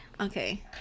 Okay